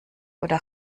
oder